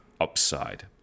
upside